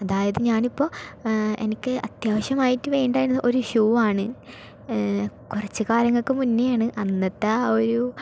അതായത് ഞാനിപ്പോൾ എനിക്ക് അത്യാവശ്യമായിട്ട് വേണ്ടിയിരുന്നത് ഒരു ഷൂവാണ് കുറച്ച് കാലങ്ങൾക്കു മുന്നേയാണ് അന്നത്തെ ആ ഒരു